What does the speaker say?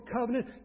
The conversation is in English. covenant